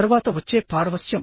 తరువాత వచ్చే పారవశ్యం